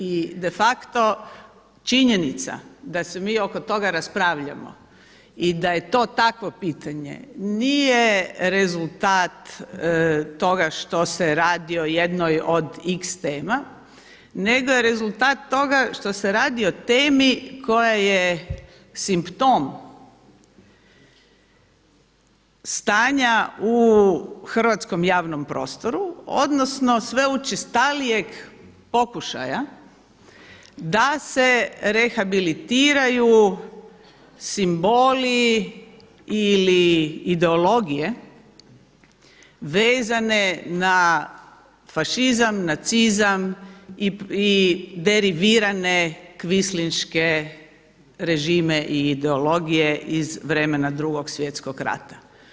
I de facto činjenica da se mi oko toga raspravljamo i da je to takvo pitanje nije rezultat toga što se radi o jednoj o x tema, nego je rezultat toga što se radi o temi koja je simptom stanja u hrvatskom javnom prostoru, odnosno sve učestalijeg pokušaja da se rehabilitiraju simboli ili ideologije vezane na fašizam, nacizam i derivirane kvislinške režime i ideologije iz vremena Drugog svjetskog rata.